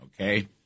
okay